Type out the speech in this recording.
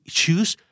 choose